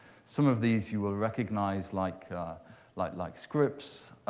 some of these you will recognize, like like like scripps,